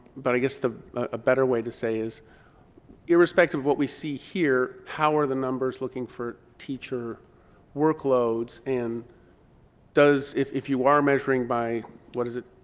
but i guess a ah better way to say is irrespective what we see here, how are the numbers looking for teacher workloads, and does, if if you are measuring by what is it